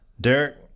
Derek